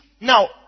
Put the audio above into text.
Now